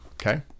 Okay